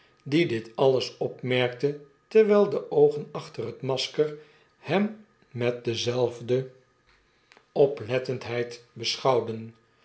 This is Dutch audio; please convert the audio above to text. die dit alles opmerkte terwjjl de oogen achter het masker hem met dezelfde oplettendheid beschouwden